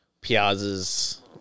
Piazza's